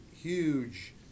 huge